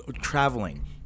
traveling